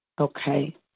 Okay